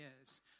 years